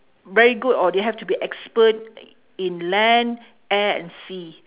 very good or they have to be expert in land air and sea